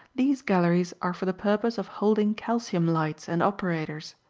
these galleries are for the purpose of holding calcium lights and operators.